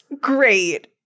great